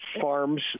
farms